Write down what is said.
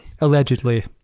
allegedly